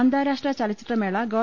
അന്താരാഷ്ട്ര ചലച്ചിത്രമേള ഗവ